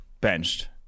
benched